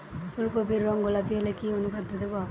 ফুল কপির রং গোলাপী হলে কি অনুখাদ্য দেবো?